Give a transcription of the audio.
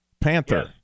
Panther